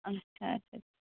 اَچھا اَچھا